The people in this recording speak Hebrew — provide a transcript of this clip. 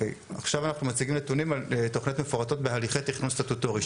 עכשיו אנחנו מציגים נתונים על תוכניות מפורטות בהליכי תכנון סטטוטורי,